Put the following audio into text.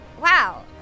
Wow